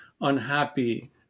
unhappy